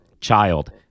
child